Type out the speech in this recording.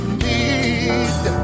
need